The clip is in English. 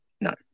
no